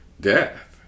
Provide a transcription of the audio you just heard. death